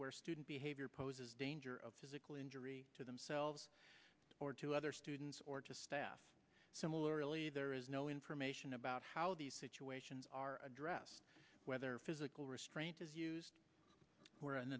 where student behavior poses danger of physical injury to themselves or to other students or to staff similarly there is no information about how these situations are addressed whether physical restraint is used where an